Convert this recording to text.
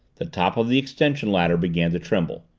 the top of the extension ladder began to tremble.